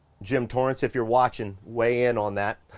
jim torrence, if you're watchin', weigh in on that.